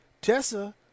Tessa